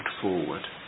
forward